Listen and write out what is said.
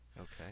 Okay